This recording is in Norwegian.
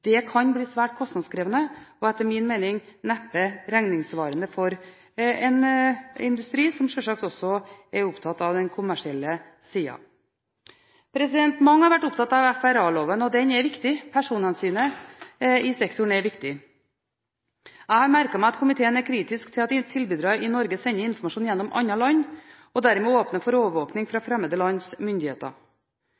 Det kan bli svært kostnadskrevende og etter min mening neppe regningssvarende for en industri som sjølsagt også er opptatt av den kommersielle siden. Mange har vært opptatt av FRA-loven, og den er viktig. Personhensynet i sektoren er viktig. Jeg har merket meg at komiteen er kritisk til at tilbydere i Norge sender informasjon gjennom andre land og dermed åpner for overvåkning fra